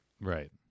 right